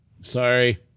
Sorry